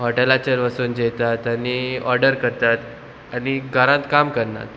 हॉटेलाचेर वचून जेयतात आनी ऑर्डर करतात आनी घरांत काम करनात